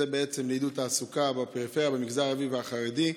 שהן לעידוד התעסוקה בפריפריה, במגזר הערבי והחרדי.